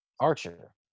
archer